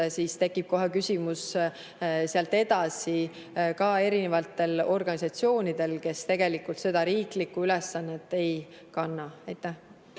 siis tekib kohe küsimus sealt edasi eri organisatsioonidel, kes tegelikult seda riiklikku ülesannet ei kanna. Aitäh!